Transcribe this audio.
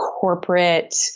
corporate